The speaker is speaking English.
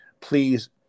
Please